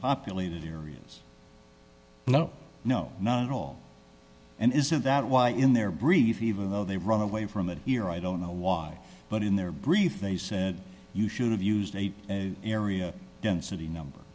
populated areas no no none at all and isn't that why in their brief even though they run away from it here i don't know why but in their brief they said you should have used a area density number